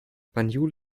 banjul